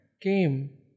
came